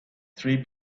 three